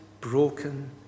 broken